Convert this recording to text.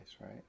right